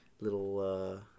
little